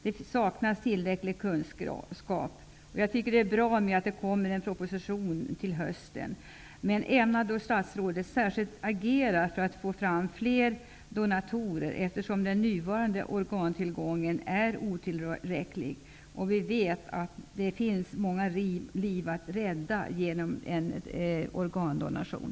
Det saknas tillräcklig kunskap, och jag tycker att det är bra att det kommer en proposition till hösten. Men ämnar då statsrådet särskilt agera för att få fram fler donatorer, eftersom den nuvarande organtillgången är otillräcklig och vi vet att det finns många liv att rädda genom organdonation?